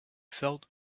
felt